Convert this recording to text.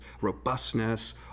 robustness